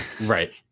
Right